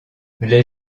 les